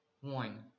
one